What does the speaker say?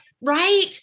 Right